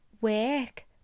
work